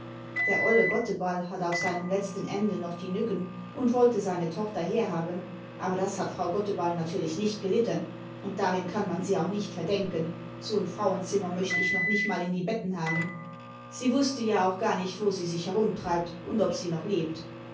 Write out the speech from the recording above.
der olle gotteball hat auf seinem letzten ende noch die nucken imd wollte seine tochter herhaben aber das hat frau gotteball natürlich nicht gelitten imd darin kann man sie auch nicht verdenken so n frauenzinmier möcht ich noch nicht mal in die betten habi sie wußte ja auch gar nicht wo sie sich herumtreibt und ob sie noch lebt